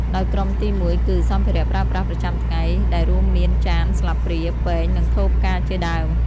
ដោយក្រុមទីមួយគឺ សម្ភារៈប្រើប្រាស់ប្រចាំថ្ងៃ ដែលរួមមាន ចាន ស្លាបព្រា ពែង និងថូផ្កា ជាដើម។